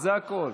זה הכול.